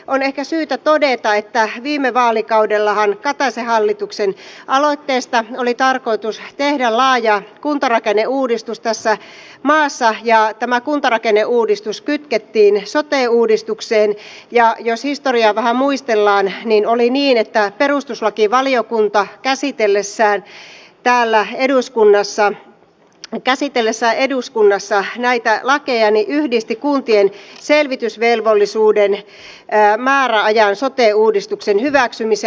on ehkä syytä todeta että viime vaalikaudellahan kataisen hallituksen aloitteesta oli tarkoitus tehdä laaja kuntarakenneuudistus tässä maassa ja tämä kuntarakenneuudistus kytkettiin sote uudistukseen ja jos historiaa vähän muistellaan oli niin että perustuslakivaliokunta käsitellessään täällä eduskunnassa näitä lakeja yhdisti kuntien selvitysvelvollisuuden määräajan sote uudistuksen hyväksymiseen